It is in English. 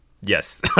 Yes